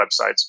websites